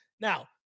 now